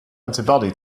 antibody